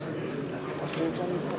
נכון?